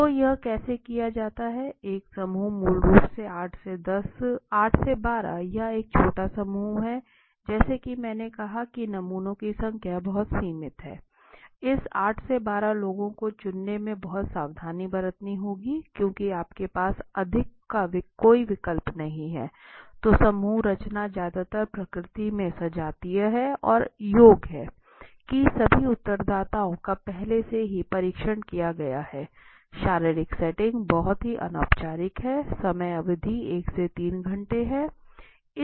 तो यह कैसे किया जाता है एक समूह मूल रूप से 8 12 का यह छोटा समूह है जैसा कि मैंने कहा कि नमूनों की संख्या बहुत सीमित है इस 8 12 लोगों को चुनने में बहुत सावधानी बरतनी होगी क्योंकि आपके पास अधिक का कोई विकल्प नहीं है तो समूह रचना ज्यादातर प्रकृति में सजातीय है और योग्य है कि सभी उत्तरदाताओं का पहले से ही परीक्षण किया गया है शारीरिक सेटिंग बहुत ही अनौपचारिक है समय अवधि 1 से 3 घंटे है